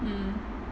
mm